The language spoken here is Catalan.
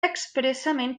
expressament